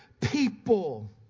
people